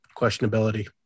questionability